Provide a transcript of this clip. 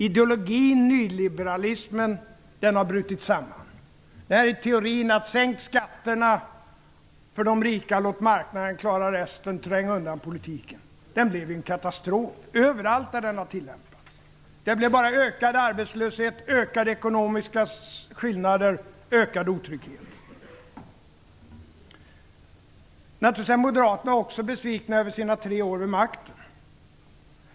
Ideologin, nyliberalismen, har brutit samman. Där är teorin att sänka skatterna för de rika och låta marknaden klara resten och tränga undan politiken. Den har blivit en katastrof överallt där den har tillämpats. Det blev bara ökad arbetslöshet, ökade ekonomiska skillnader och ökad otrygghet. Moderaterna är naturligtvis också besvikna över sina tre år vid makten.